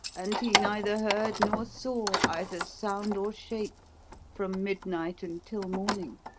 and he neither heard nor saw either sound or shape from midnight until morning.